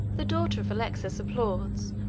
the daughter of alexius applauds,